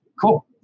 cool